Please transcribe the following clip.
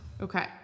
okay